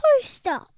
poster